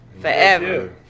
Forever